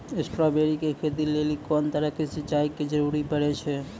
Strawberry के खेती लेली कोंन तरह के सिंचाई के जरूरी पड़े छै?